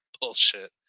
Bullshit